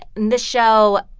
this show,